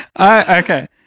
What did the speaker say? Okay